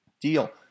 deal